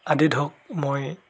আদি ধৰক মই